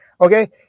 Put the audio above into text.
Okay